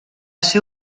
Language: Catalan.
ser